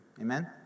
Amen